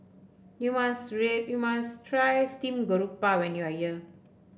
you must Three you must try Steamed Garoupa when you are here